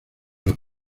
los